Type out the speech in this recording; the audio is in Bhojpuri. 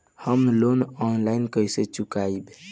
हम लोन आनलाइन कइसे चुकाई?